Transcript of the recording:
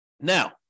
Now